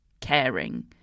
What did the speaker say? caring